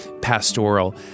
pastoral